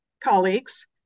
colleagues